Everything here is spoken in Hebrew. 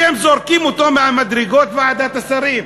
אתם זורקים אותו מהמדרגות, ועדת השרים?